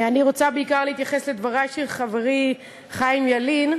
אני רוצה בעיקר להתייחס לדבריו של חברי חיים ילין,